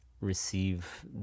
receive